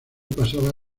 pasaba